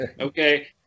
okay